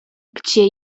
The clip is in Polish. gdzie